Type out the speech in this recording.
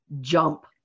jump